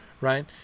right